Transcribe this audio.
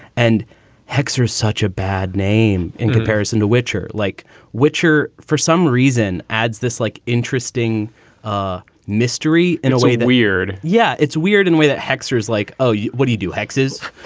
and hexa is such a bad name in comparison to whicher like whicher. for some reason adds this like interesting ah mystery in a way. the weird. yeah, it's weird and way that hexa is like, oh, what do you do? hexes